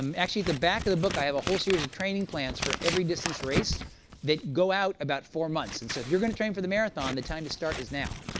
um actually, the back of the book, i have a whole series of training plans for every distance race that go out about four months. and so if you're going to train for the marathon, the time to start is now.